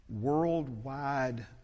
worldwide